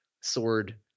sword